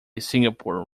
singapore